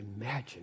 imagine